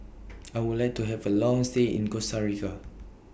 I Would like to Have A Long stay in Costa Rica